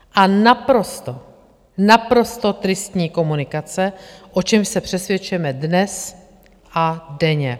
A naprosto, naprosto tristní komunikace, o čemž se přesvědčujeme dnes a denně.